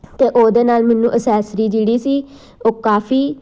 ਅਤੇ ਉਹਦੇ ਨਾਲ ਮੈਨੂੰ ਅਸੈਸਰੀ ਜਿਹੜੀ ਸੀ ਉਹ ਕਾਫ਼ੀ